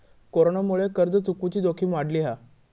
कोरोनामुळे कर्ज चुकवुची जोखीम वाढली हा